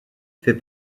fait